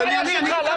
מה הבעיה שלך?